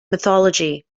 mythology